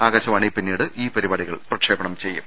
ആകാശവാണി പിന്നീട് ഈ പരിപാടികൾ പ്രക്ഷേപണം ചെയ്യും